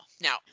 Now